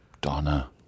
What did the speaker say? Donna